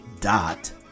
dot